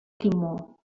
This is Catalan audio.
timor